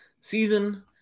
season